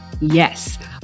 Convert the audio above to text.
yes